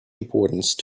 importance